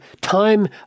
time